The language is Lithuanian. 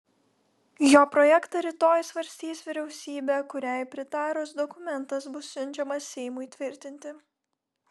jo projektą rytoj svarstys vyriausybė kuriai pritarus dokumentas bus siunčiamas seimui tvirtinti